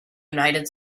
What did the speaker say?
united